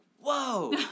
whoa